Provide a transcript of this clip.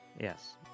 Yes